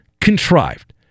contrived